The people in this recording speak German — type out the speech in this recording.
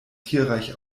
tierreich